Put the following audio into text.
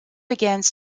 begins